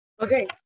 Okay